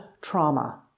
trauma